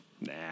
Nah